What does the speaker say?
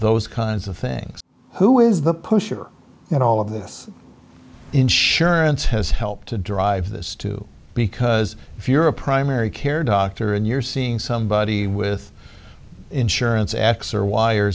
those kinds of things who is the pusher in all of this insurance has helped to drive this to because if you're a primary care doctor and you're seeing somebody with insurance